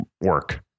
work